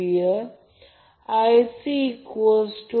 तर हे Van ही पूर्वीसारखेच आहे